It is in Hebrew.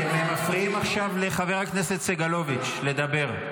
אתם מפריעים עכשיו לחבר הכנסת סגלוביץ' לדבר.